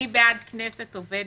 אני בעד כנסת עובדת,